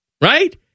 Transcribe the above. Right